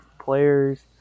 players